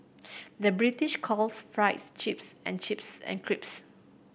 the British calls fries chips and chips an